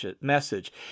message